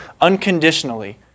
unconditionally